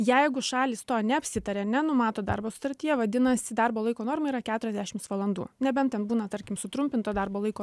jeigu šalys to neapsitarė nenumato darbo sutartyje vadinasi darbo laiko norma yra keturiasdešimts valandų nebent ten būna tarkim sutrumpinto darbo laiko